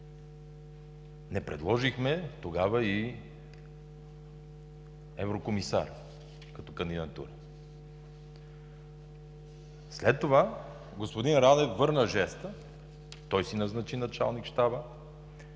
Не предложихме тогава и еврокомисар, като кандидатура. След това господин Радев върна жеста – той си назначи началник щаба,